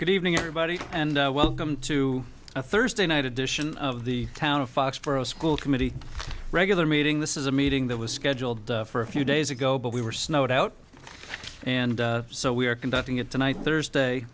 good evening everybody and welcome to a thursday night edition of the town of foxborough school committee regular meeting this is a meeting that was scheduled for a few days ago but we were snowed out and so we are conducting it tonight thursday